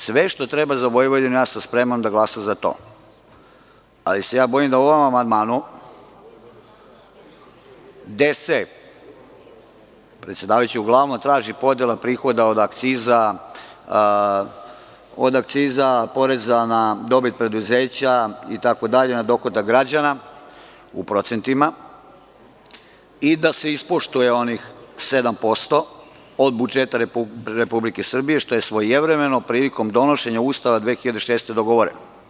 Sve što treba za Vojvodinu, ja sam spreman da glasam za to, ali se bojim da u ovom amandmanu gde se, predsedavajući, uglavnom traži podela prihoda od akciza, porezana dobit preduzeća, dohodak građana u procentima i da se ispoštuje onih 7% od budžet RS, što je svojevremeno prilikom donošenja Ustava 2006. godine dogovoreno.